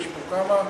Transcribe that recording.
יש פה כמה,